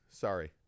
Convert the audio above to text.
sorry